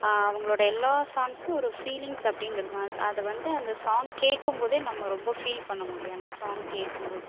அவங்களுடைய எல்லா சாங்ஸ்ம் ஒரு ஃபீலிங்ஸ் அப்படிங்கிருக்கும் அது வந்து அந்த சாங்ஸ் கேட்கும் போதே நம்ப ரொம்ப ஃபீல் பண்ண முடியும் அந்த சாங் கேட்கும்போது